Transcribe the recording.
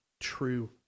true